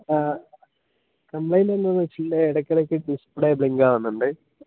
ആ കംപ്ലെയ്ൻറ്റ് എന്ന് വെച്ച് കഴിഞ്ഞാൽ ഇടയ്ക്കിടയ്ക്ക് ഡിസ്പ്ലേ ബ്ലിങ്ങാവുന്നുണ്ട്